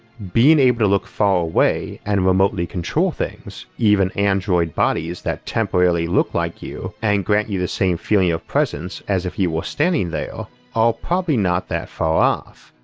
being able to look far away and remotely control things, even android bodies that temporarily look like you and grant you the same feeling of presence as if you were standing there, are probably not that far off.